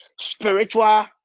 spiritual